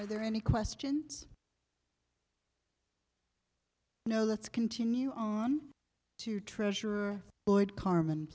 are there any questions now let's continue on to treasure carmen